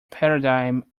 paradigm